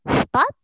Spot